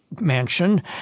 mansion